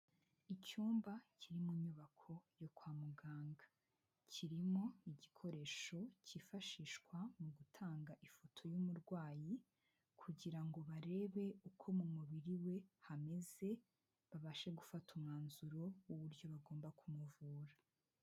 Icyumba kiri mu nyubako yo kwa muganga, kirimo igikoresho cyifashishwa mu gutanga ifoto y'umurwayi kugira ngo barebe uko mu mubiri we hameze, babashe gufata umwanzuro w'uburyo bagomba kumuvura.